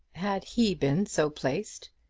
had he been so placed,